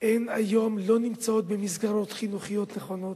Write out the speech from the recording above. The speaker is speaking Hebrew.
היום לא נמצאות במסגרות חינוכיות נכונות,